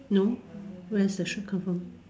no where's the shirt come from